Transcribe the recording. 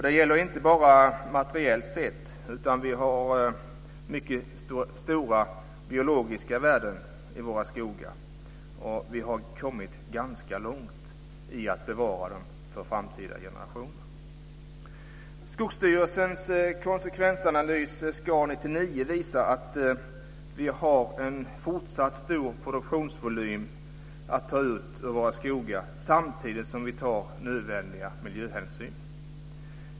Det gäller inte bara materiellt sett, utan vi har mycket stora biologiska värden i våra skogar. Vi har kommit ganska långt med att bevara dem för framtida generationer. Skogsstyrelsens konsekvensanalys SKA 99 visar att vi har en fortsatt stor produktionsvolym att ta ut ur våra skogar samtidigt som vi tar nödvändiga miljöhänsyn.